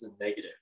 negative